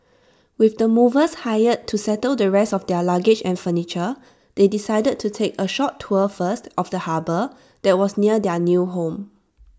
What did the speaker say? with the movers hired to settle the rest of their luggage and furniture they decided to take A short tour first of the harbour that was near their new home